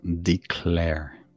declare